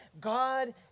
God